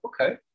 okay